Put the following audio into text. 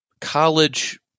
college